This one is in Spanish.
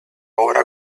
obra